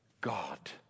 god